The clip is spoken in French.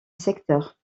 secteur